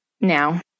now